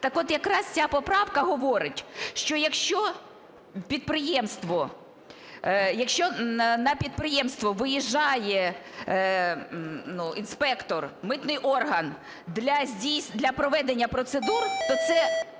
Так от якраз ця поправка говорить, що, якщо підприємство… якщо на підприємство виїжджає інспектор, митний орган для проведення процедур, то це